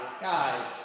guys